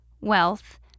wealth